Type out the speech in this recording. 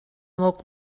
look